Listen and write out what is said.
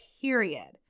period